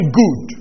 good